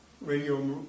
Radio